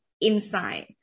inside